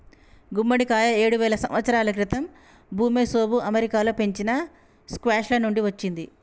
గుమ్మడికాయ ఏడువేల సంవత్సరాల క్రితం ఋమెసోఋ అమెరికాలో పెంచిన స్క్వాష్ల నుండి వచ్చింది